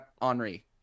Henri